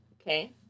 Okay